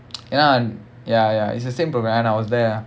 ya and ya ya it's the same program and I was there ah